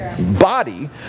body